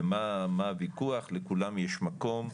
מה הוויכוח, לכולם יש מקום.